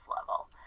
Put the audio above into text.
level